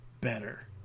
better